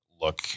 look